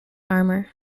armor